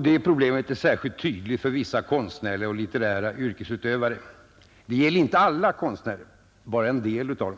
Det problemet är särskilt tydligt för vissa konstnärliga och litterära yrkesutövare. Det gäller inte alla konstnärer, bara en del av dem.